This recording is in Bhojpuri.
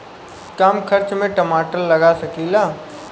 कम खर्च में टमाटर लगा सकीला?